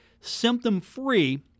symptom-free